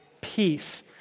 peace